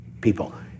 people